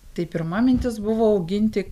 tai pirma mintis buvo auginti